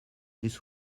this